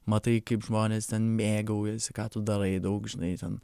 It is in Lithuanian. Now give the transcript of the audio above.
matai kaip žmonės ten mėgaujasi ką tu darai daug žinai ten